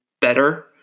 better